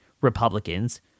Republicans